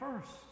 first